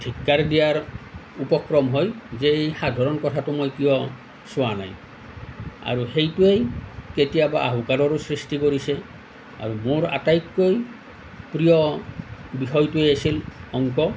ধিক্কাৰ দিয়াৰ উপক্ৰম হয় যে এই সাধাৰণ কথাটো মই কিয় চোৱা নাই আৰু সেইটোৱেই কেতিয়াবা আহুকালৰো সৃষ্টি কৰিছে আৰু মোৰ আটাইতকৈ প্ৰিয় বিষয়টোৱেই আছিল অংক